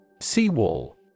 Seawall